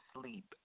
sleep